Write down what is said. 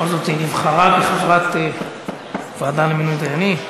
בכל זאת, היא נבחרה כחברת הוועדה למינוי דיינים.